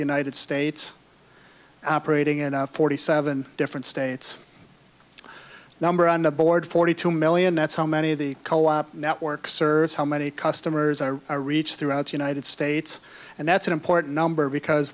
the united states operating in a forty seven different states number on the board forty two million that's how many of the co op network serves how many customers our reach throughout the united states and that's an important number because